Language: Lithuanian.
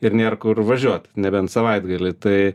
ir nėr kur važiuot nebent savaitgalį tai